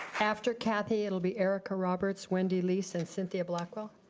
after kathy, it'll be erika roberts, wendy lis and cynthia blackwell.